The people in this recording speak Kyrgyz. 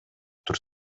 тур